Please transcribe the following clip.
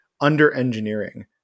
under-engineering